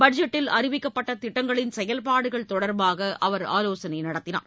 பட்ஜெட்டில் அறிவிக்கப்பட்ட திட்டங்களின் செயல்பாடுகள் தொடர்பாக அவர் ஆலோசனை நடத்தினார்